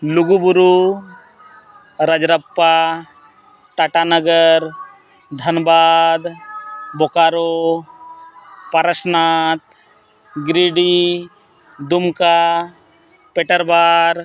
Lugu Buru Rajrappa Tatanagar Dhanbad Bokaro Parasnath Giridih Dumka Petarbar